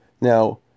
Now